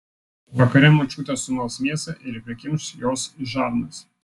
vakare močiutė sumals mėsą ir prikimš jos į žarnas